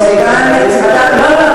לא, אתה מתבלבל.